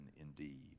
indeed